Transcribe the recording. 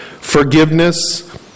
forgiveness